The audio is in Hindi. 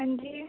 हाँ जी